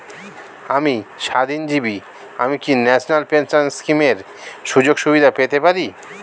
আমি স্বাধীনজীবী আমি কি ন্যাশনাল পেনশন স্কিমের সুযোগ সুবিধা পেতে পারি?